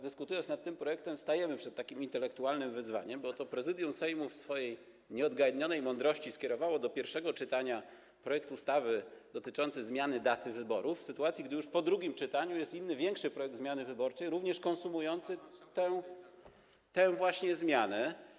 Dyskutując nad tym projektem, stajemy przed takim intelektualnym wyzwaniem, bo oto Prezydium Sejmu w swojej nieodgadnionej mądrości skierowało do pierwszego czytania projekt ustawy dotyczący zmiany daty wyborów, w sytuacji gdy po drugim czytaniu jest już inny, większy projekt zmiany wyborczej, również konsumujący tę właśnie zmianę.